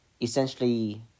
Essentially